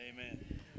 Amen